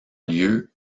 lieu